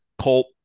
Colt